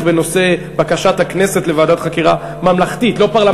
בנושא בקשת הכנסת לוועדת חקירה ממלכתית,